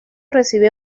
recibe